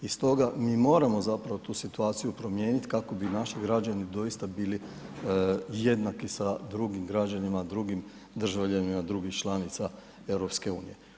I stoga mi moramo tu situaciju promijeniti kako bi naši građani doista bili jednaki sa drugim građanima, drugim državljanima drugih članica EU.